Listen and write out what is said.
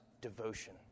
Devotion